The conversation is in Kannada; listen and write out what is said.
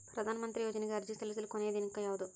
ಪ್ರಧಾನ ಮಂತ್ರಿ ಯೋಜನೆಗೆ ಅರ್ಜಿ ಸಲ್ಲಿಸಲು ಕೊನೆಯ ದಿನಾಂಕ ಯಾವದು?